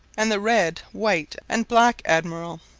and the red, white, and black admiral,